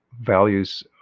values